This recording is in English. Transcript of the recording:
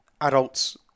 adults